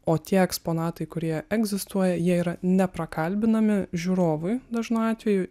o tie eksponatai kurie egzistuoja jie yra neprakalbinami žiūrovui dažnu atveju